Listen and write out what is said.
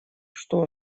что